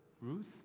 Ruth